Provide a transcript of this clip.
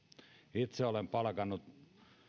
itse olen palkannut